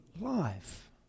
life